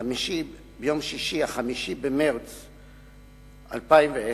5 במרס 2010,